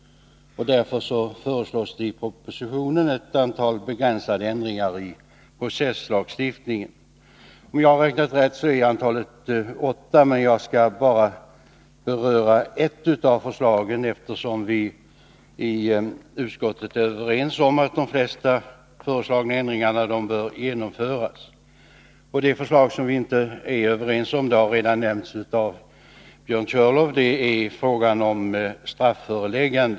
Därför föreslås i propositionen ett antal ändringar i processlagstiftningen. Om jag har räknat rätt är antalet åtta, man jag skall beröra bara ett av förslagen, eftersom vi i utskottet är överens om att de flesta av de föreslagna ändringarna bör genomföras. Det förslag som vi inte är överens om — det har redan nämnts av Björn Körlof — gäller strafföreläggande.